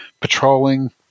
patrolling